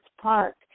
Park